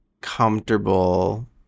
comfortable